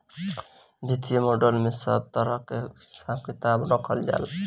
वित्तीय मॉडल में सब तरह कअ हिसाब किताब रखल जाला